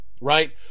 Right